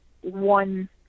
one